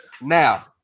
Now